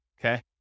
Okay